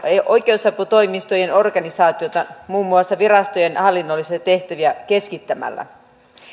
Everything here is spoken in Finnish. oikeusaputoimistojen organisaatiota muun muassa virastojen hallinnollisia tehtäviä keskittämällä